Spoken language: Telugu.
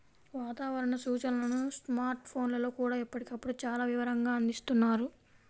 వాతావరణ సూచనలను స్మార్ట్ ఫోన్లల్లో కూడా ఎప్పటికప్పుడు చాలా వివరంగా అందిస్తున్నారు